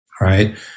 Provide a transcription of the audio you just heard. right